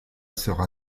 sera